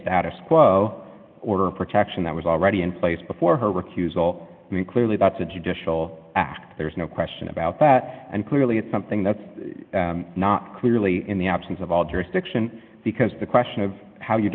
status quo order of protection that was already in place before her recusal and clearly that's a judicial act there's no question about that and clearly it's something that's not clearly in the absence of all jurisdiction because the question of how